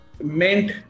meant